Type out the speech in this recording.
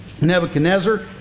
Nebuchadnezzar